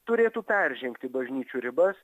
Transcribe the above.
turėtų peržengti bažnyčių ribas